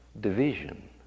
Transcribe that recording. division